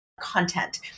content